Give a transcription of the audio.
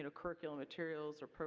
and curriculum materials or